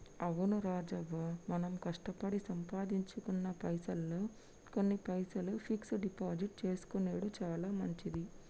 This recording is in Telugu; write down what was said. అవును రాజవ్వ మనం కష్టపడి సంపాదించుకున్న పైసల్లో కొన్ని పైసలు ఫిక్స్ డిపాజిట్ చేసుకొనెడు చాలా మంచిది